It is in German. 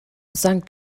sankt